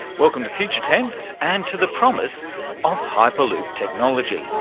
welcome to future tense and to the promise of hyperloop technology.